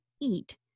eat